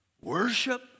Worship